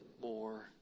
more